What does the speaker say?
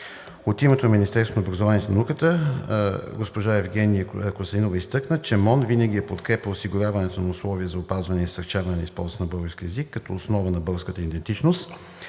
От името на Министерството на образованието и науката госпожа Евгения Костадинова изтъкна, че МОН винаги е подкрепяло осигуряването на условия за опазване и насърчаване на използването на българския език като основа на българската идентичност.